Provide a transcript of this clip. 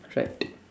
right